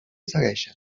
segueixen